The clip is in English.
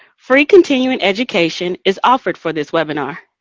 free continuing education is offered for this webinar.